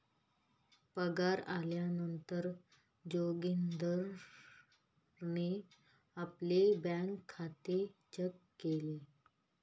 पगार आल्या नंतर जोगीन्दारणे आपले बँक खाते चेक केले